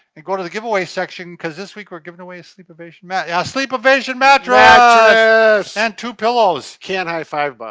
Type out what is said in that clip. and go to the giveaway section because this week we're giving away a sleepovation mat. yeah, sleepovation mattress! and two pillows! can't high-five,